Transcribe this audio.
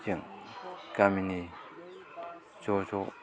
जों गामिनि ज' ज'